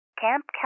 camp